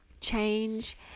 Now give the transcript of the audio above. change